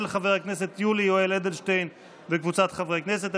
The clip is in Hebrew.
של חבר הכנסת יולי יואל אדלשטיין וקבוצת חברי הכנסת.